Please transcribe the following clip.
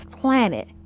planet